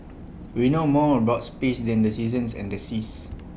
we know more about space than the seasons and the seas